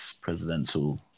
presidential